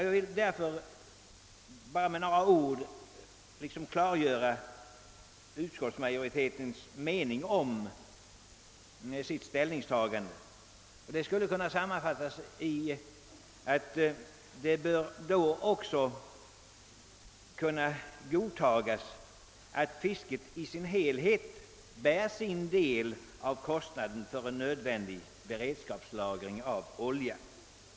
Jag kan därför bara med några ord klargöra utskottsmajoritetens grund för sitt ställningstagande och sammanfattningsvis säga, att det då också bör kunna godtagas att fisket i sin helhet bär sin del av kostnaden för en nödvändig beredskapslagring av olja.